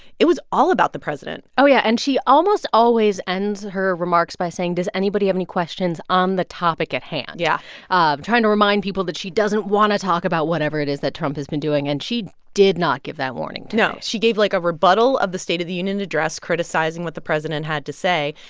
it was all about the president oh yeah. and she almost always ends her remarks by saying, does anybody have any questions on um the topic at hand? yeah trying to remind people that she doesn't want to talk about whatever it is that trump has been doing. and she did not give that warning today no. she gave, like, a rebuttal of the state of the union address, criticizing what the president had to say,